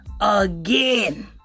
again